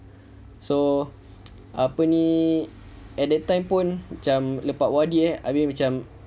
so apa ni at that time pun macam lepas O_R_D pun abeh macam